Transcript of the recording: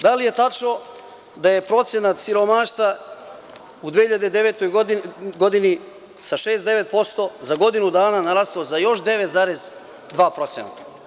Da li je tačno da je procenat siromaštva u 2009. godini sa 6,9% za godinu dana naraslo za još 9,2%